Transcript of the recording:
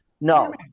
no